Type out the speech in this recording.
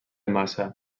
massa